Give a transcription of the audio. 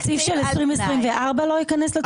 התקציב של 2024 לא ייכנס לתוקפו?